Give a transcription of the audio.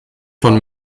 von